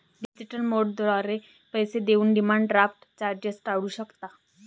digital मोडद्वारे पैसे देऊन डिमांड ड्राफ्ट चार्जेस टाळू शकता